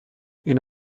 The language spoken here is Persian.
این